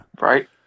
Right